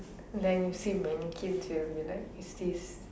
then he say is this